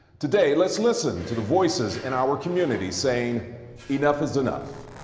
today, let's listen to the voices in our community saying enough is enough.